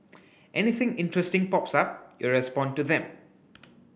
anything interesting pops up you respond to them